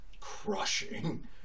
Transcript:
crushing